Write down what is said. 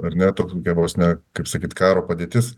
ar ne tokia vos ne kaip sakyt karo padėtis